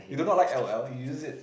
you don't like l_o_l you use it